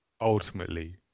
Ultimately